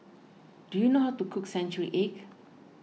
do you know how to cook Century Egg